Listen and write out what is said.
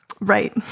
Right